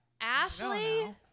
ashley